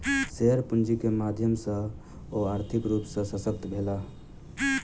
share पूंजी के माध्यम सॅ ओ आर्थिक रूप सॅ शशक्त भेला